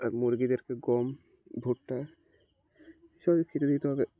আর মুরগিদেরকে গম ভুট্টা সবই খেতে দিতে হবে